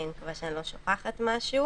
מקווה שאני לא שוכחת משהו